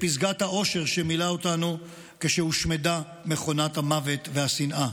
פסגת האושר שמילא אותנו כשהושמדה מכונת המוות והשנאה.